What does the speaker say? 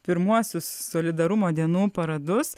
pirmuosius solidarumo dienų paradus